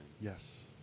Yes